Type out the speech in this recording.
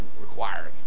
required